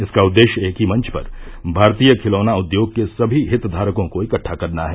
इसका उद्देश्य एक ही मंच पर भारतीय खिलौना उद्योग के सभी हित धारकों को इकट्टा करना है